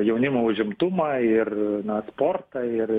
jaunimo užimtumą ir na sportą ir